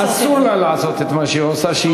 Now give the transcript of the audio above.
אסור לה לעשות את מה שהיא עושה.